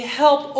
help